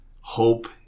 hope